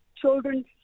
Children